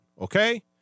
okay